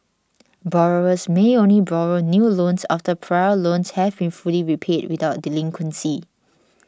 borrowers may only borrow new loans after prior loans have been fully repaid without delinquency